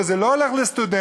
וזה לא הולך לסטודנטים,